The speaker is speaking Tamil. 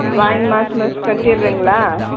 வாங்கி மாதம் மாதம் கட்டிடுறிங்களா